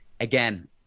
again